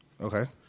Okay